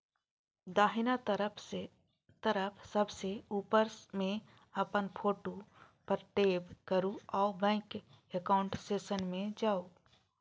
दाहिना तरफ सबसं ऊपर मे अपन फोटो पर टैप करू आ बैंक एकाउंट सेक्शन मे जाउ